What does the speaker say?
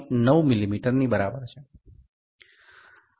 9 મીમીની બરાબર છે